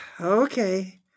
Okay